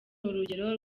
urugero